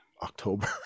October